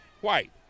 White